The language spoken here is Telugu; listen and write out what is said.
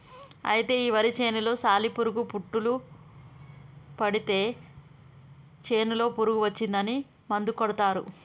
అయితే ఈ వరి చేనులో సాలి పురుగు పుట్టులు పడితే చేనులో పురుగు వచ్చిందని మందు కొడతారు